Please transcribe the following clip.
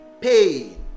pain